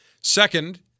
Second